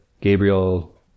Gabriel